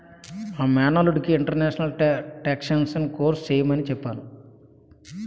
మా మేనల్లుడికి international taxation course చెయ్యమని చెప్పాను